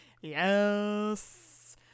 Yes